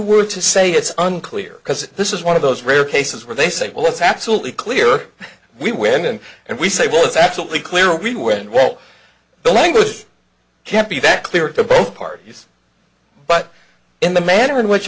were to say it's unclear because this is one of those rare cases where they say well it's absolutely clear we went in and we say well it's absolutely clear we were in well the language can't be that clear to both parties but in the manner in which